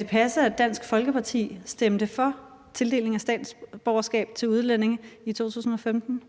det passe, at Dansk Folkeparti stemte for tildelingen af statsborgerskab til udlændinge i 2015?